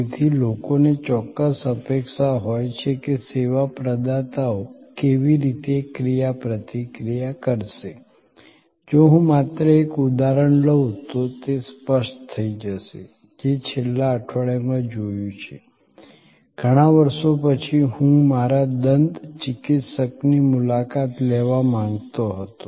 તેથી લોકોને ચોક્કસ અપેક્ષા હોય છે કે સેવા પ્રદાતાઓ કેવી રીતે ક્રિયાપ્રતિક્રિયા કરશે જો હું માત્ર એક ઉદાહરણ લઉં તો તે સ્પષ્ટ થઈ જશે જે છેલ્લા અઠવાડિયામાં જોયું છે ઘણા વર્ષો પછી હું મારા દંત ચિકિત્સકની મુલાકાત લેવા માંગતો હતો